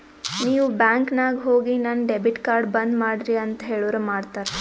ನೀವ್ ಬ್ಯಾಂಕ್ ನಾಗ್ ಹೋಗಿ ನನ್ ಡೆಬಿಟ್ ಕಾರ್ಡ್ ಬಂದ್ ಮಾಡ್ರಿ ಅಂತ್ ಹೇಳುರ್ ಮಾಡ್ತಾರ